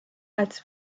als